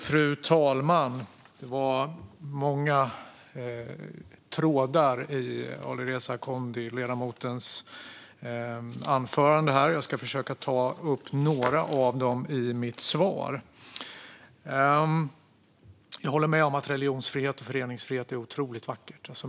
Fru talman! Det var många trådar i ledamoten Alireza Akhondis anförande. Jag ska försöka att ta upp några av dem i mitt svar. Jag håller med om att religionsfrihet och föreningsfrihet är otroligt vackert.